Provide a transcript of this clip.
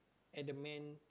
at the main